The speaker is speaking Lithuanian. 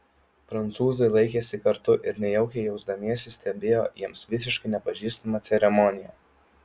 prancūzai laikėsi kartu ir nejaukiai jausdamiesi stebėjo jiems visiškai nepažįstamą ceremoniją